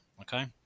okay